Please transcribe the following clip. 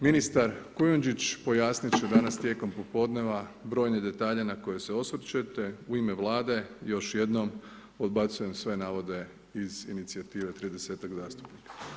Ministar Kujundžić pojasnit će danas tijekom popodneva brojne detalje na koje se osvrćete u ime Vlade još jednom odbacujem sve navode iz inicijative 30-tak zastupnika.